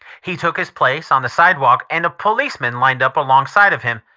he took his place on the sidewalk and a policeman lined up alongside of him.